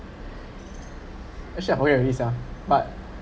actually I forget already yeah but